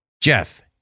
Jeff